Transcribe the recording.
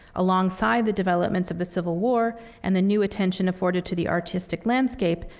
alongside the developments of the civil war and the new attention afforded to the artistic landscape,